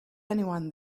anyone